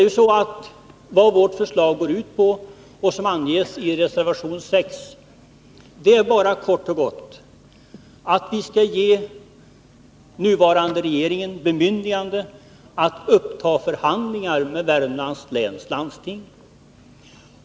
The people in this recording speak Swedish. Vad vårt förslag går ut på, vilket anges i reservation 6, är kort och gott att vi skall ge vår nuvarande regering bemyndigande att uppta förhandlingar med Värmlands läns landsting.